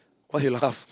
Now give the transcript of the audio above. why you laugh